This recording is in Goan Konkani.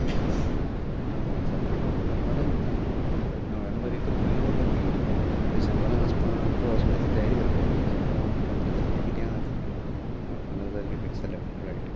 हय स ऑक्टोंबरान दिता न्हू ऑक्टोबर नोव्हेंबर एकूच म्हयनो उरलो मागीर डिसेंबरान वसपा आमकां वचपाची तयार करपाक जाय डिसेंबरान पंदरा तारखे कितें आहा तें पंदरा तारखे फिक्स जाल्या रायट